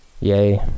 yay